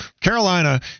Carolina